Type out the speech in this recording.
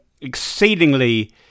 exceedingly